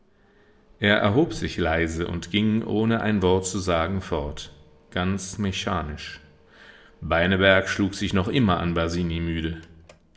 er erhob sich leise und ging ohne ein wort zu sagen fort ganz mechanisch beineberg schlug sich noch immer an basini müde